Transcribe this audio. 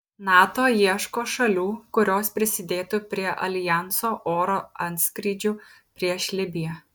nato ieško šalių kurios prisidėtų prie aljanso oro antskrydžių prieš libiją